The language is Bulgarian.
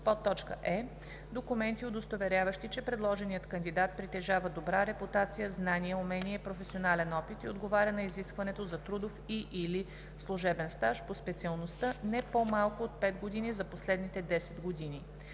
е) документи, удостоверяващи, че предложеният кандидат притежава добра репутация, знания, умения и професионален опит и отговаря на изискването за трудов и/или служебен стаж по специалността, не по-малко от 5 години за последните 10 години;